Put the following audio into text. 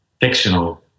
fictional